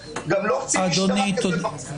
גם לא קצין משטרה כזה בכיר.